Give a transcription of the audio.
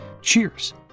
Cheers